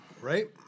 Right